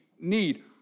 need